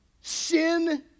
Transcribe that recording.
sin